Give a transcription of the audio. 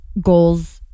goals